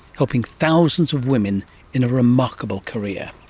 helping thousands of women in a remarkable career